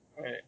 Right